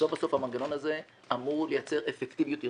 בסוף המנגנון הזה אמור לייצר אפקטיביות ארגונית.